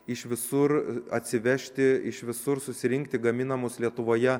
iš visur atsivežti iš visur susirinkti gaminamus lietuvoje